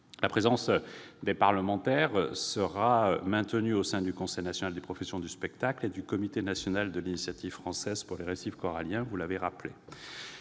La présence des parlementaires sera maintenue au sein du Conseil national des professions du spectacle et du comité national de l'Initiative française pour les récifs coralliens, comme le